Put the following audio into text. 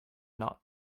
not